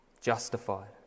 justified